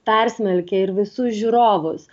persmelkia ir visus žiūrovus